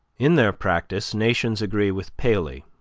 in their practice, nations agree with paley